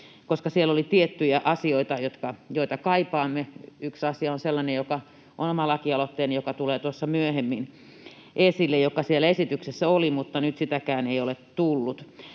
koska siellä oli tiettyjä asioita, joita kaipaamme. Yksi asia on sellainen, joka on omassa lakialoitteessani, joka tulee tuossa myöhemmin esille, ja se siellä esityksessä oli, mutta nyt sitäkään ei ole tullut.